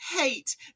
hate